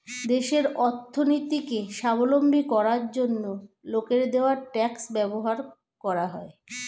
দেশের অর্থনীতিকে স্বাবলম্বী করার জন্য লোকের দেওয়া ট্যাক্স ব্যবহার করা হয়